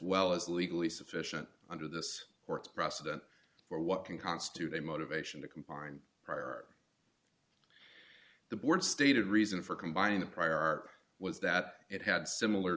well as legally sufficient under this court's precedent for what can constitute a motivation to combine prior art the board stated reason for combining the prior art was that it had similar